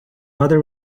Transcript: other